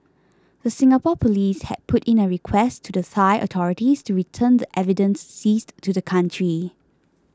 the Singapore police had put in a request to the Thai authorities to return the evidence seized to the country